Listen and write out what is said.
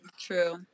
true